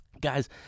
Guys